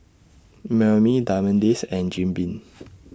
Mimeo Diamond Days and Jim Beam